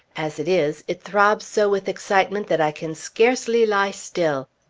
as it is, it throbs so with excitement that i can scarcely lie still.